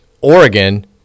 Oregon